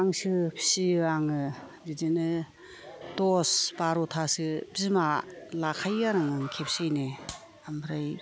हांसो फिसियो आङो बिदिनो दस बार'थासो बिमा लाखायो आं खेबसेयैनो ओमफ्राय